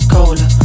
Cola